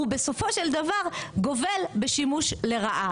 הוא בסופו של דבר גובל בשימוש לרעה.